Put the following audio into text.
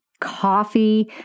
coffee